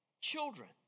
children